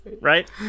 right